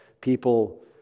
people